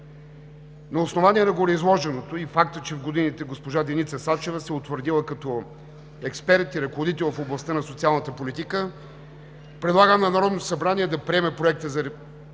На основание на гореизложеното и фактът, че в годините госпожа Деница Сачева се е утвърдила като експерт и ръководител в областта на социалната политика предлагам на Народното събрание да приеме Проекта на решение